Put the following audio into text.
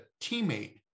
teammate